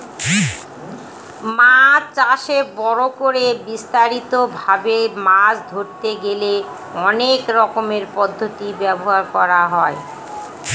মাছ চাষে বড় করে বিস্তারিত ভাবে মাছ ধরতে গেলে অনেক রকমের পদ্ধতি ব্যবহার করা হয়